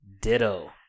Ditto